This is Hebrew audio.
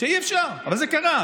אבל זה קרה.